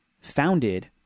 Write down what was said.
founded